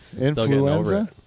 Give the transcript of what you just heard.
Influenza